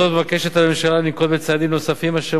לאור זאת מבקשת הממשלה לנקוט צעדים נוספים אשר